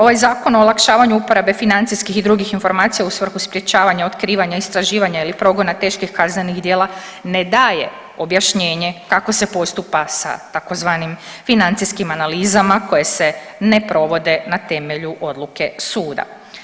Ovaj Zakon o olakšavanju uporabe financijskih i drugih informacija u svrhu sprječavanja otkrivanja, istraživanja ili progona teških kaznenih djela ne daje objašnjenje kako se postupa sa tzv. financijskim analizama koje se ne provode na temelju odluke suda.